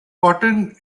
cotton